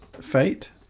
fate